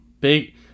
big